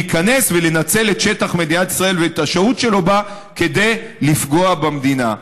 להיכנס ולנצל את שטח מדינת ישראל ואת השהות שלו בה כדי לפגוע במדינה.